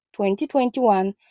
2021